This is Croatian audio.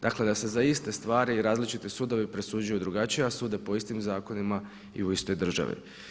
Dakle, da se za iste stvari različiti sudovi presuđuju drugačije, a sude po istim zakonima i u istoj državi.